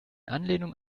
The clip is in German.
anlehnung